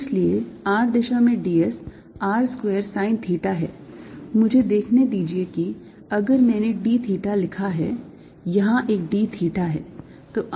इसलिए r दिशा में d s r square sine theta है मुझे देखने दीजिए कि अगर मैंने d theta लिखा है यहाँ एक d theta है